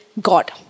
God